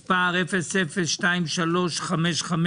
מס' 002355?